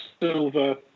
Silver